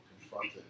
confronted